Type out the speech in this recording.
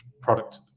product